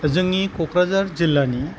जोंनि क'क्राझार जिल्लानि